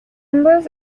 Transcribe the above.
ambos